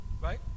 right